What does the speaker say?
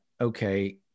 okay